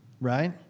right